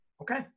Okay